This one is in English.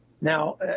Now